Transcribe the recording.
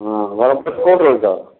ହଁ ଘର କେଉଁଠି ରହୁଛ